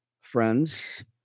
Friends